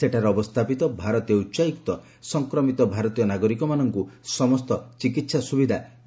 ସେଠାରେ ଅବସ୍ଥାପିତ ଭାରତୀୟ ଉଚ୍ଚାୟୁକ୍ତ ସଂକ୍ରମିତ ଭାରତୀୟ ନାଗରିକମାନଙ୍କୁ ସମସ୍ତ ଚିକିତ୍ସା ସୁବିଧା ଯୋଗାଇ ଦେଇଛନ୍ତି